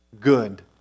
good